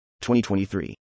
2023